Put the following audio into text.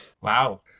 Wow